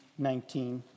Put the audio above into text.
19